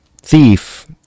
thief